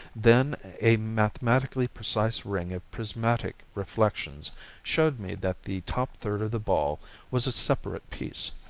then a mathematically precise ring of prismatic reflections showed me that the top third of the ball was a separate piece,